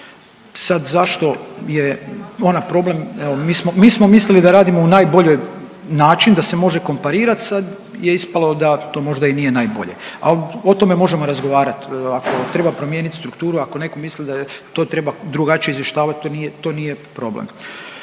Sad zašto je ona problem? Mi smo mislili da radimo u najboljoj način da se može komparirat, sad je ispalo da to možda i nije najbolje, al o tome možemo razgovarat. Ako treba promijenit strukturu ako neko misli da to treba drugačije izvještava to nije problem.